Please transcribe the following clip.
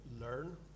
learn